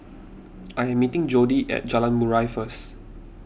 I am meeting Jodi at Jalan Murai first